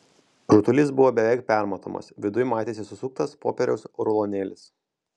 rutulys buvo beveik permatomas viduj matėsi susuktas popieriaus rulonėlis